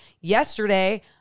Yesterday